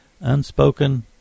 Unspoken